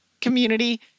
community